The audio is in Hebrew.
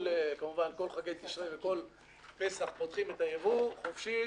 וכמובן כל חגי תשרי וכל פסח פותחים את הייבוא חופשי,